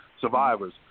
survivors